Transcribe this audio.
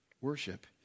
worship